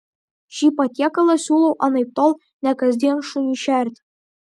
šį patiekalą siūlau anaiptol ne kasdien šuniui šerti